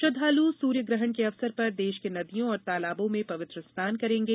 श्रद्वालु सूर्य ग्रहण के अवसर पर देश में नदियों और तालाबों में पवित्र स्नान करेंगे